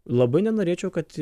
labai nenorėčiau kad